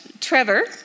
Trevor